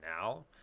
now